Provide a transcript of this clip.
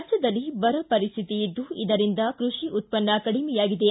ರಾಜ್ಯದಲ್ಲಿ ಬರ ಪರಿಸ್ಥಿತಿ ಇದ್ದು ಇದರಿಂದ ಕೃಷಿ ಉತ್ಪನ್ನ ಕಡಿಮೆಯಾಗಿದೆ